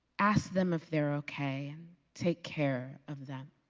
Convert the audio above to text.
ask them if they're okay. and take care of them.